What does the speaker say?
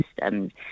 systems